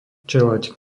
čeľaď